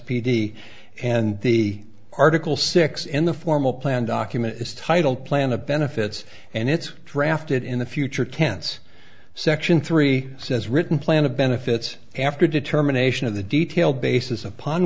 p d and the article six in the formal plan document is titled plan of benefits and it's drafted in the future tense section three says written plan of benefits after determination of the detail basis upon